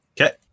Okay